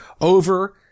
over